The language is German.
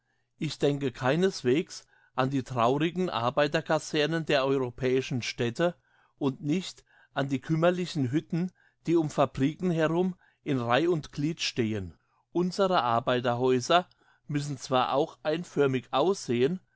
ich denke keineswegs an die traurigen arbeiterkasernen der europäischen städte und nicht an die kümmerlichen hütten die um fabriken herum in reih und glied stehen unsere arbeiterhäuser müssen zwar auch einförmig aussehen